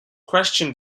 question